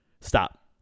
Stop